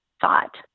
thought